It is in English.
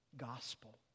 gospel